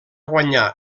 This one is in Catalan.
guanyar